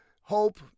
hope